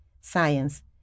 science